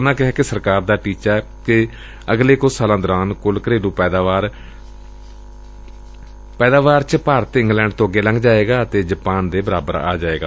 ਉਨੂਾ ਕਿਹਾ ਕਿ ਸਰਕਾਰ ਦਾ ਟੀਚਾ ਏ ਕਿ ਅਗਲੇ ਕੁਝ ਸਾਲਾਂ ਦੌਰਾਨ ਕੁਲ ਘਰੇਲੂ ਪੈਦਾਵਾਰ ਵਿਚ ਭਾਰਤ ਇੰਗਲੈਂਡ ਤੋਂ ਅੱਗੇ ਲੰਘ ਜਾਏਗਾ ਅਤੇ ਜਾਪਾਨ ਦੇ ਬਰਾਬਰ ਆ ਜਾਏਗਾ